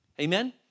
Amen